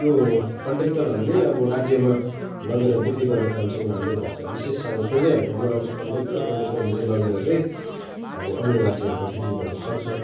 त्यो कन्ट्र्याक्टरहरूले नै अब राज्यमा लगेर बिक्री गर्ने काम चाहिँ उनीहरूले गर्छ विशेष अब सोझै हाम्रोमा आउँछ कन्ट्र्याक्टर कन्ट्र्याक्टरले चाहिँ लगेर चाहिँ अब अन्य राज्यहरूमा बिक्री गर्न सक्छ